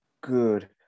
good